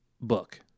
book